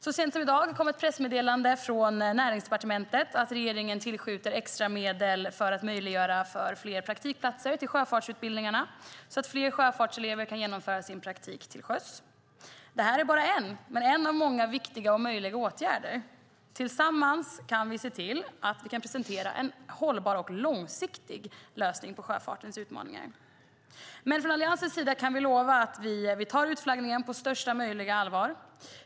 Så sent som i dag kom ett pressmeddelande från Näringsdepartementet om att regeringen tillskjuter extra medel för att möjliggöra fler praktikplatser på sjöfartsutbildningarna. Det innebär att fler sjöfartselever kan genomföra sin praktik till sjöss. Detta är bara en av många viktiga och möjliga åtgärder. Tillsammans kan vi se till att vi kan presentera en hållbar och långsiktig lösning på sjöfartens utmaningar. Vi i Alliansen kan lova att vi tar utflaggningen på största möjliga allvar.